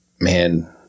man